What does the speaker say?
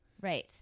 Right